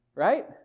right